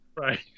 Right